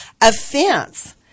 offense